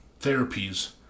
therapies